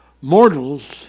mortals